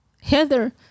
Heather